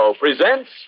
presents